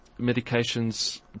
medications